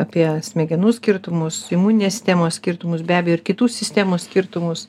apie smegenų skirtumus imuninės sistemos skirtumus be abejo ir kitų sistemų skirtumus